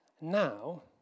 Now